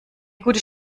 gute